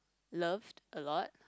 loved a lot